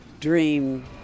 dream